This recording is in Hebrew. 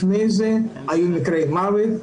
לפני זה היו מקרי מוות,